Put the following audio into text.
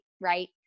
Right